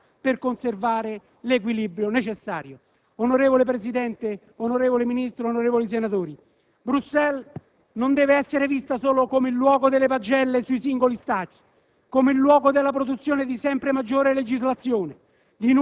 Occorre allora rispettare i vincoli e limiti posti dalla natura per conservare l'equilibrio necessario. Onorevole Presidente, onorevole Ministro, onorevoli senatori, Bruxelles non deve essere vista solo come il luogo delle pagelle sui singoli Stati,